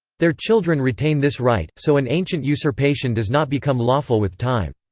their children retain this right, so an ancient usurpation does not become lawful with time.